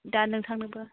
दा नोंथांनोबो